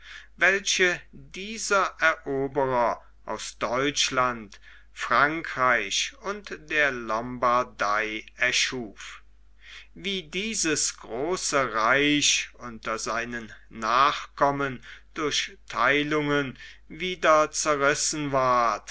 welche dieser eroberer aus deutschland frankreich und der lombardei erschuf wie dieses große reich unter seinen nachkommen durch theilungen wieder zerrissen ward